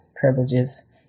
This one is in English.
privileges